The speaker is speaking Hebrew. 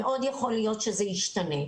מאוד יכול להיות שזה ישתנה,